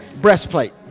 Breastplate